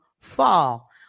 fall